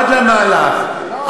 עד למהלך,